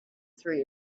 through